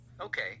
Okay